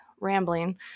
rambling